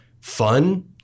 fun